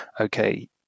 okay